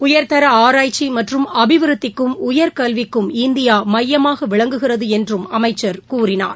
உயர்தர ஆராய்ச்சி மற்றும் அபிவிருத்திக்கும் உயர்கல்விக்கும் இந்தியா மையமாக விளங்குகிறது என்றும் அமைச்சர் கூறினார்